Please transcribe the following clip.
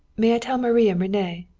may i tell marie and rene?